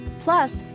Plus